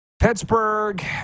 Pittsburgh